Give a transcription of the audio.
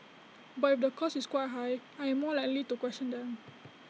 but if the cost is quite high I am more likely to question them